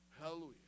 Hallelujah